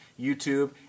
YouTube